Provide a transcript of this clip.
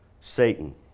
Satan